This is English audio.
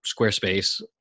Squarespace